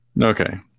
Okay